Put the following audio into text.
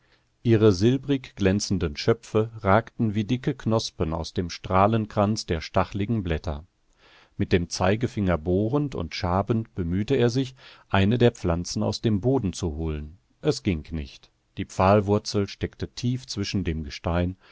ihre silbrig glänzenden schöpfe ragten wie dicke knospen aus dem strahlenkranz der stachligen blätter mit dem zeigefinger bohrend und schabend bemühte er sich eine der pflanzen aus dem boden zu holen es ging nicht die pfahlwurzel steckte tief zwischen dem gestein